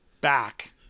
back